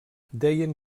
deien